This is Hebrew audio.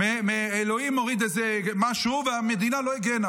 אלוהים הוריד איזה משהו והמדינה לא הֵגֵנה.